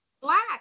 black